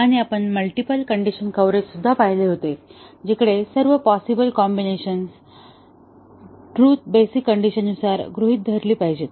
आणि आपण multiple condition coverage पाहिले होते जिथे सर्व पॉसिबल कॉम्बिनेशन सब ट्रूथ बेसिक कंडिशननुसार गृहित धरली पाहिजेत